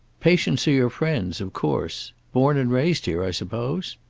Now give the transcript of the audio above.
patients are your friends, of course. born and raised here, i suppose?